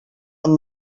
amb